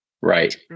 Right